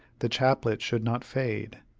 the chaplet should not fade,